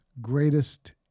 Greatest